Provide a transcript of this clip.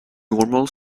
normal